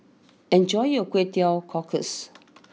enjoy your Kway Teow Cockles